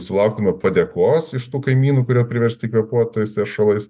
sulauktume padėkos iš tų kaimynų kurie priversti kvėpuot tais teršalais